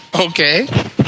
Okay